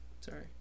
Sorry